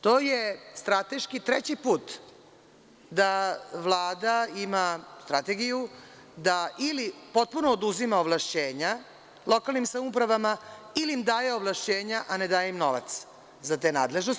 To je strateški treći put da Vlada ima strategiju da ili potpuno oduzima ovlašćenja lokalnim samoupravama ili im daje ovlašćenja, a ne daje im novac za te nadležnosti.